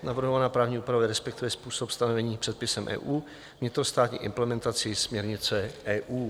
Navrhovaná právní úprava respektuje způsob stanovení předpisem EU, vnitrostátní implementací směrnice EU.